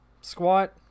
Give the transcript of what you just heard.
squat